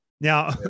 Now